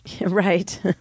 Right